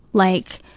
like,